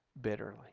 bitterly